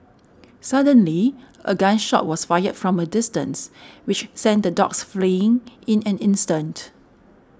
suddenly a gun shot was fired from a distance which sent the dogs fleeing in an instant